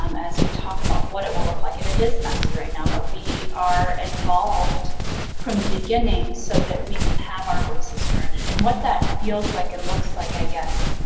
um as we talk about what it will look like, and it is messy right now, but we are involved from the beginning so that we can have our voices heard. and and what that feels like and looks like, i guess,